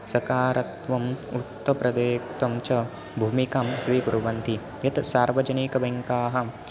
सकारत्वम् उक्तप्रदेक्तं च भूमिकां स्वीकुर्वन्ति यत् सार्वजनिकबेङ्काः